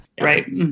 Right